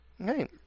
Okay